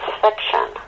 fiction